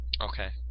Okay